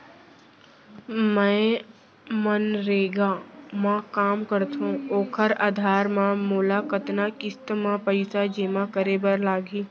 मैं मनरेगा म काम करथो, ओखर आधार म मोला कतना किस्ती म पइसा जेमा करे बर लागही?